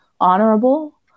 honorable